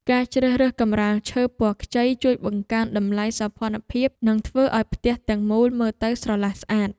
ការជ្រើសរើសកម្រាលឈើពណ៌ខ្ចីជួយបង្កើនតម្លៃសោភ័ណភាពនិងធ្វើឱ្យផ្ទះទាំងមូលមើលទៅស្រឡះស្អាត។